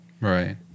Right